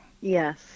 Yes